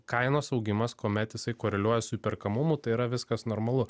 kainos augimas kuomet jisai koreliuoja su įperkamumu tai yra viskas normalu